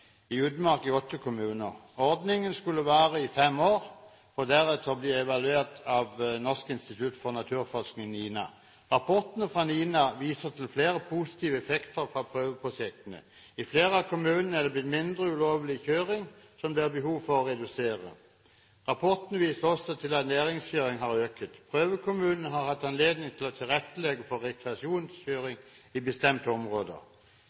i utmark i åtte kommuner. Ordningen skulle vare i fem år, for deretter å bli evaluert av Norsk institutt for naturforskning, NINA. Rapportene fra NINA viser til flere positive effekter fra prøveprosjektene. I flere av kommunene er det blitt mindre ulovlig kjøring som det er behov for å redusere. Rapportene viser også til at næringskjøring har økt. Prøvekommunene har hatt anledning til å tilrettelegge for rekreasjonskjøring i bestemte områder.